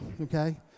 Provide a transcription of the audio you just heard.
okay